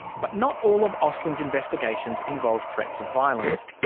but not all of austin's investigations involve threats of violence.